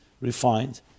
refined